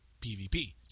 PVP